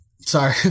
Sorry